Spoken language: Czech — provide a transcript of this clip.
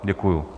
Děkuju.